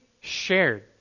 shared